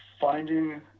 finding